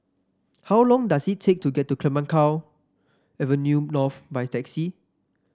how long does it take to get to Clemenceau Avenue North by taxi